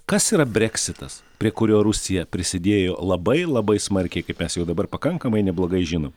kas yra breksitas prie kurio rusija prisidėjo labai labai smarkiai kaip mes jau dabar pakankamai neblogai žinom